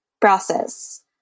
process